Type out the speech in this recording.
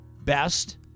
best